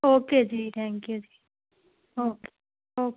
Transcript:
okay ਜੀ thank you ਜੀ okay okay